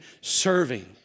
serving